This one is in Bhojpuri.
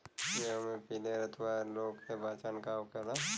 गेहूँ में पिले रतुआ रोग के पहचान का होखेला?